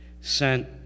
sent